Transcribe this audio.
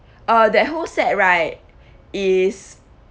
uh that whole set right is